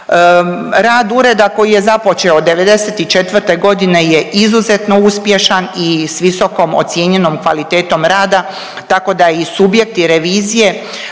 Rad ureda koji je započeo '94. godine je izuzetno uspješan i sa visokom ocijenjenom kvalitetom rada tako da i subjekti revizije